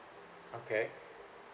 okay